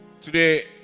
Today